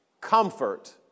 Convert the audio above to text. comfort